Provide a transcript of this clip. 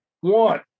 one